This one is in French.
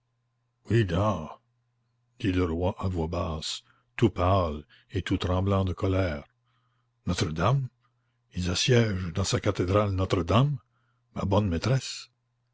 oui-da dit le roi à voix basse tout pâle et tout tremblant de colère notre-dame ils assiègent dans sa cathédrale notre-dame ma bonne maîtresse